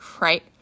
right